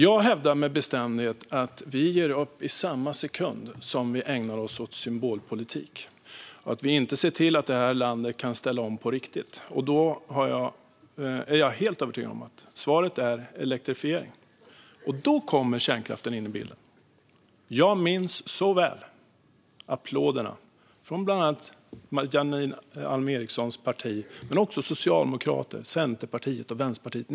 Jag hävdar med bestämdhet att vi ger upp i samma sekund som vi ägnar oss åt symbolpolitik och inte ser till att landet kan ställa om på riktigt. Jag är helt övertygad om att svaret är elektrifiering, och då kommer kärnkraften in i bilden. Jag minns så väl applåderna från Janine Alm Ericsons parti men också från Socialdemokraterna, Centerpartiet och Vänsterpartiet.